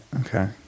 Okay